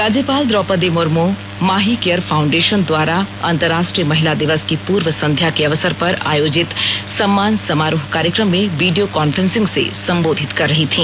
राज्यपाल Draupadi Murmu Mahi care foundation द्वारा अंतर्राष्ट्रीय महिला दिवस की पूर्व संध्या के अवसर पर आयोजित सम्मान समारोह कार्यक्रम में वीडियो कॉन्फ्रेसिंग से संबोधित कर रही थी